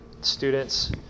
students